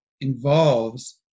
involves